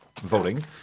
voting